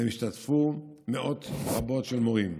והשתתפו בהם מאות רבות של מורים.